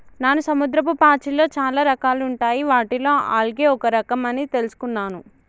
నాను సముద్రపు పాచిలో చాలా రకాలుంటాయి వాటిలో ఆల్గే ఒక రఖం అని తెలుసుకున్నాను